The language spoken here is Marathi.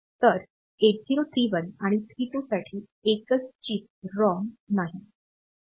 तर 8031 आणि 32 साठी एकच चिप रॉम नाही